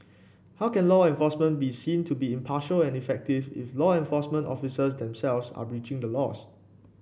how can law enforcement be seen to be impartial and effective if law enforcement officers themselves are breaching the laws